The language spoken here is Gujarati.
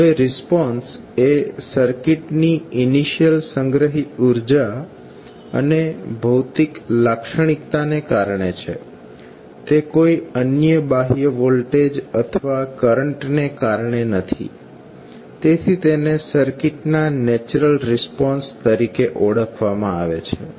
હવે રિસ્પોન્સ એ સર્કિટની ઇનિશિયલ સંગ્રહિત ઉર્જા અને ભૌતિક લાક્ષણિકતા ને કારણે છે તે કોઈ અન્ય બાહ્ય વોલ્ટેજ અથવા કરંટને કારણે નથી તેથી તેને સર્કિટના નેચરલ રિસ્પોન્સ તરીકે ઓળખવામાં આવે છે